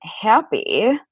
happy